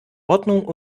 ordnung